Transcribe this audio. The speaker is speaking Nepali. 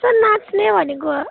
सर नाँच्ने भनेको